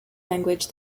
language